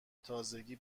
تازگی